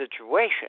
situation